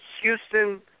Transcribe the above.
Houston